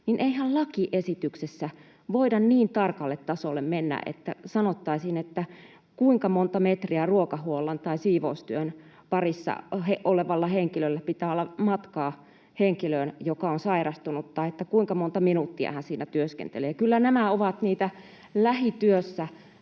niin eihän lakiesityksessä voida niin tarkalle tasolle mennä, että sanottaisiin, kuinka monta metriä ruokahuollon tai siivoustyön parissa olevalla henkilöllä pitää olla matkaa henkilöön, joka on sairastunut, tai että kuinka monta minuuttia hän siinä työskentelee. Kyllä nämä ovat niitä lähityössä,